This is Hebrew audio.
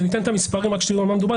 אני אתן את המספרים כדי שתדעו על מה מדבר.